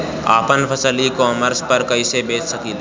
आपन फसल e commerce पर कईसे बेच सकिले?